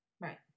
Right